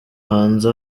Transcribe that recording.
hanze